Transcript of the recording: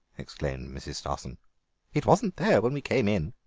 exclaimed mrs. stossen it wasn't there when we came in.